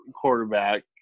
quarterback